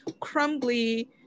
crumbly